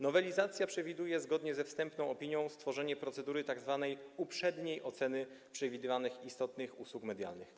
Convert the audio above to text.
Nowelizacja przewiduje, zgodnie ze wstępną opinią, stworzenie procedury tzw. uprzedniej oceny przewidywanych istotnych nowych usług medialnych.